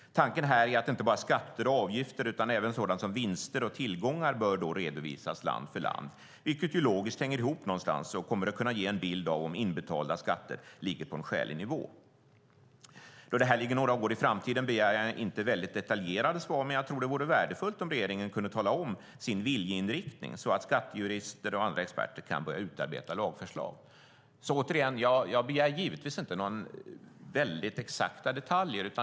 Tanken här är att inte bara skatter och avgifter utan även sådant som vinster och tillgångar bör redovisas land för land. Det hänger logiskt ihop någonstans och borde kunna ge en bild av om inbetalda skatter ligger på en skälig nivå. Då detta ligger några år i framtiden begär jag inte väldigt detaljerade svar. Men jag tror det vore värdefullt om regeringen kunde tala om sin viljeinriktning så att skattejurister och andra experter kan börja utarbeta lagförslag. Jag begär återigen givetvis inte några väldigt exakta detaljer.